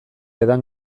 edan